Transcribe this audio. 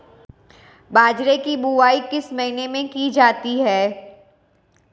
बाजरे की बुवाई किस महीने में की जाती है?